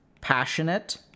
passionate